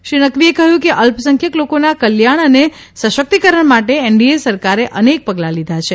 શ્રી નકવીએ કહ્યું કે અલ્પસંખ્યક લોકોના કલ્યાણ અને સશક્તિકરણ માટે એનડીએ સરકારે અનેક પગલાં લીધાં છે